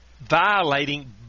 violating